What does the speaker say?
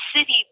city